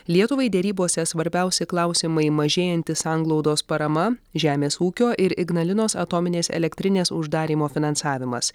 lietuvai derybose svarbiausi klausimai mažėjanti sanglaudos parama žemės ūkio ir ignalinos atominės elektrinės uždarymo finansavimas